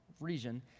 region